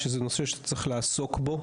שזה נושא שצריך לעסוק בו,